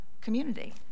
community